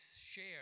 share